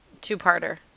two-parter